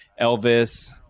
elvis